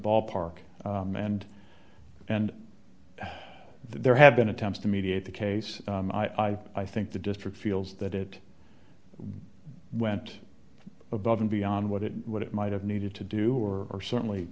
ballpark and and there have been attempts to mediate the case i think the district feels that it went above and beyond what it what it might have needed to do or certainly